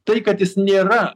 tai kad jis nėra